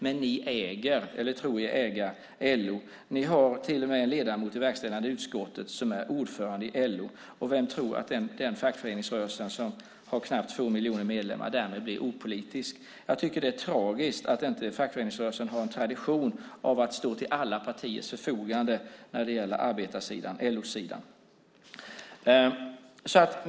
Men ni tror er äga LO. Ni har till och med en ledamot i verkställande utskottet som är ordförande i LO. Vem tror att den fackföreningsrörelsen, som har knappt två miljoner medlemmar, därmed blir opolitisk? Jag tycker att det är tragiskt att inte fackföreningsrörelsen har en tradition av att stå till alla partiers förfogande när det gäller arbetarsidan, LO-sidan.